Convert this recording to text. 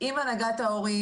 עם הנהגת ההורים,